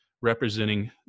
representing